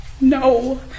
no